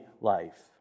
life